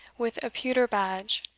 with a pewter badge,